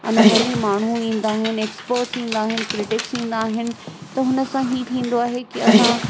अनुभवी माण्हू ईंदा आहिनि एक्पट्स ईंदा आहिनि क्रिटिक्स ईंदा आहिनि त हुन सां ई थींदो आहे कि असां